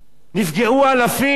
נפגעו אלפים.